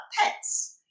pets